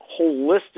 holistic